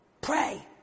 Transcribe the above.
Pray